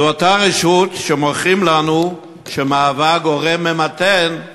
זו אותה רשות שמוכרים לנו שהיא גורם ממתן,